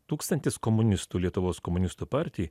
tūkstantis komunistų lietuvos komunistų partijoj